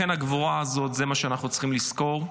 הגבורה הזאת, זה מה שאנחנו צריכים לזכור.